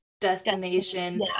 destination